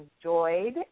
enjoyed